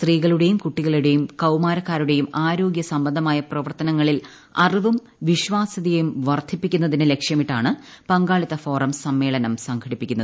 സ്ത്രീകളുടെയും കുട്ടികളുടെയും കൌമാരക്കാരുടെയും ആരോഗ്യ സംബന്ധമായ പ്രവർത്തനങ്ങളിൽ അറിവും വിശ്വാസ്വതയും വർദ്ധിപ്പിക്കുന്നതിന് ലക്ഷ്യമിട്ടാണ് പങ്കാളിത്ത ഫോറം സമ്മേളനം സംഘടിപ്പിക്കുന്നത്